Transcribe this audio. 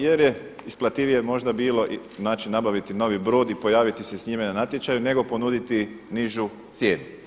Jer je isplativije možda bilo znači nabaviti novi brod i pojaviti se sa njime na natječaju nego ponuditi nižu cijenu.